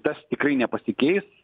tas tikrai nepasikeis